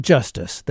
Justice